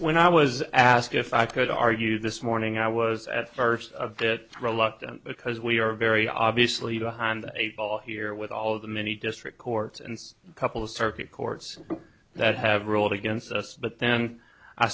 when i was asked if i could argue this morning i was at first a bit reluctant because we are very obviously behind a ball here with all of the many district courts and a couple of circuit courts that have ruled against us but then i